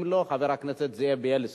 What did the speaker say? אם לא, חבר הכנסת זאב בילסקי.